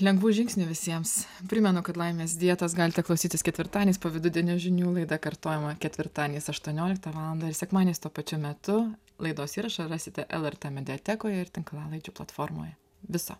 lengvų žingsnių visiems primenu kad laimės dietos galite klausytis ketvirtadieniais po vidudienio žinių laida kartojama ketvirtadieniais aštuonioliktą valandą ir sekmadieniais tuo pačiu metu laidos įrašą rasite lrt mediatekoje ir tinklalaidžių platformoje viso